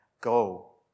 go